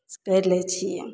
करि लै छियै